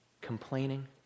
complaining